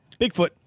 Bigfoot